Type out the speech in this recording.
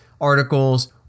articles